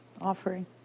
offering